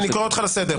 אני קורא אותך לסדר.